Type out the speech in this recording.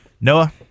Noah